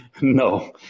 No